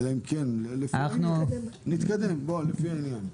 בוא, נתקדם לפי העניין.